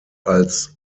als